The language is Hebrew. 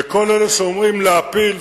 וכל אלה שאומרים להפיל,